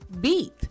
beat